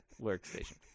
workstation